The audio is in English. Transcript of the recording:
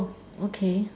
okay